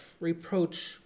reproach